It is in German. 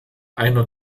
einer